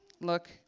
look